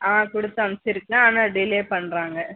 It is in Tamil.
ஆ கொடுத்து அமிச்சிருக்கேன் ஆனால் டிலே பண்ணுறாங்க